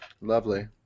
Lovely